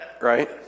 Right